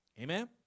Amen